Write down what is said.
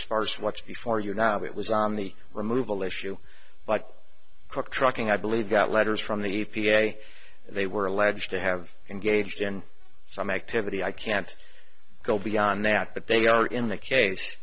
sparse what's before you now it was on the removal issue but cook trucking i believe got letters from the e p a they were alleged to have engaged in some activity i can't go beyond that but they are in that case